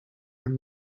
him